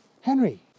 Henry